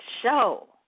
show